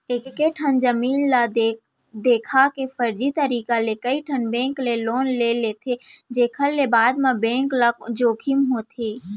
एकेठन जमीन ल देखा के फरजी तरीका ले कइठन बेंक ले लोन ले लेथे जेखर ले बाद म बेंक ल जोखिम होथे